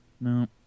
No